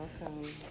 welcome